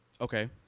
Okay